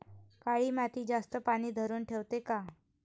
काळी माती जास्त पानी धरुन ठेवते का?